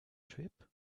trip